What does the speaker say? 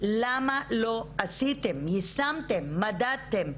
למה לא עשיתם, יישמתם, מדדתם?